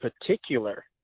particular